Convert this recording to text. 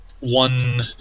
one